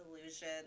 illusion